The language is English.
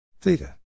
Theta